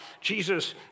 Jesus